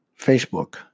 Facebook